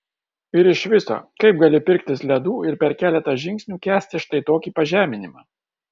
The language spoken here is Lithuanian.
ir iš viso kaip gali pirktis ledų ir per keletą žingsnių kęsti štai tokį pažeminimą